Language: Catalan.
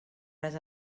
res